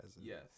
Yes